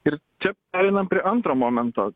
ir čia einam prie antro momento